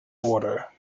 order